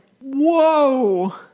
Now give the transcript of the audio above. Whoa